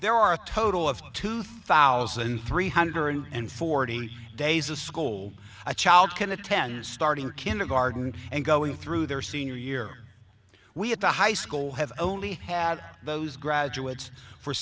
there are a total of two thousand three hundred and forty days of school a child can attend starting kindergarten and going through their senior year we at the high school have only had those graduates for